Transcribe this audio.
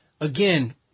Again